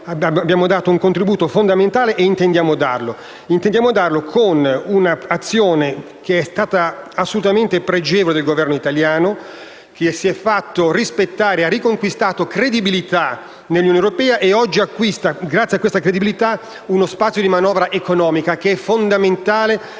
abbiamo dato un contributo fondamentale (e intendiamo continuare a farlo con un'azione che è stata assolutamente pregevole del Governo italiano, che si è fatto rispettare, ha riconquistato credibilità nell'Unione europea e oggi acquista, grazie a tale credibilità, uno spazio di manovra economica fondamentale